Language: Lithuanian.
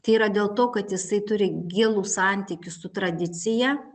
tai yra dėl to kad jisai turi gilų santykį su tradicija